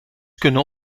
kunnen